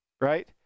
right